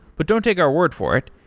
but don't take our word for it,